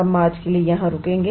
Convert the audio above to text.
हम आज के लिए यहां रुकेंगे